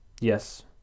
Yes